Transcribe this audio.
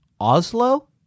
Oslo